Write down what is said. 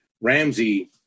Ramsey